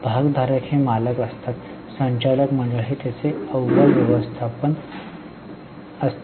भागधारक हे मालक असतात संचालक मंडळ हे त्यांचे अव्वल व्यवस्थापन असते